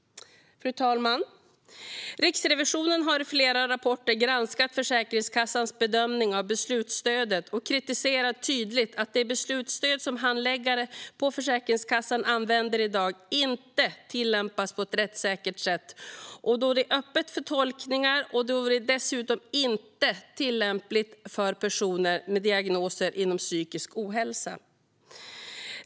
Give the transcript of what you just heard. Fru talman! Riksrevisionen har i flera rapporter granskat Försäkringskassans bedömning av beslutsstödet och kritiserar tydligt att det beslutsstöd som handläggare på Försäkringskassan använder i dag inte tillämpas på ett rättssäkert sätt, då det är öppet för tolkningar och dessutom inte är tillämpligt för personer med diagnoser inom psykisk ohälsa.